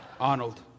Arnold